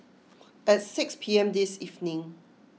at six P M this evening